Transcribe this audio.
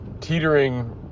teetering